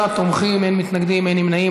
28 תומכים, אין מתנגדים, אין נמנעים.